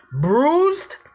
bruised